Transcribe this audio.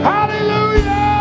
Hallelujah